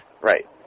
Right